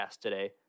today